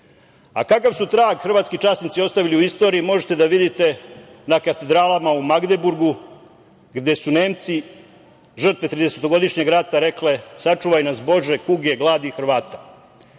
A, kakav su trag hrvatski časnici ostavili u istoriji možete da vidite na katedralama u Magdeburgu, gde su Nemci žrtve tridesetogodišnjeg rata rekle – sačuvaj nas Bože, kuge, gladi i Hrvata. Znači,